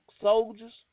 soldiers